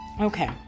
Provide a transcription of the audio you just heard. Okay